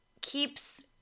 keeps